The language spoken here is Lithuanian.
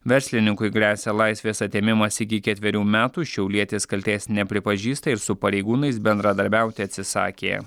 verslininkui gresia laisvės atėmimas iki ketverių metų šiaulietis kaltės nepripažįsta ir su pareigūnais bendradarbiauti atsisakė